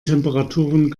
temperaturen